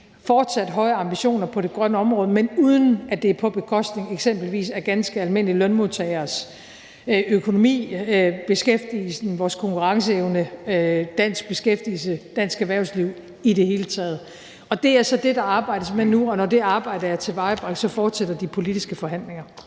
fortsat høje ambitioner på det grønne område, men uden at det er på bekostning af eksempelvis ganske almindelige lønmodtageres økonomi, beskæftigelsen, vores konkurrenceevne, dansk beskæftigelse, dansk erhvervsliv i det hele taget. Det er så det, der arbejdes med nu, og når det arbejde er tilvejebragt, så fortsætter de politiske forhandlinger.